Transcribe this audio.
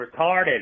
retarded